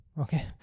okay